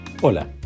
hola